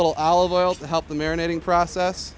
little olive oil to help the marinating process